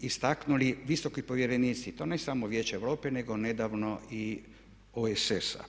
istaknuli visoki povjerenici i to ne samo Vijeća Europe nego nedavno i OSS-a.